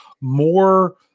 more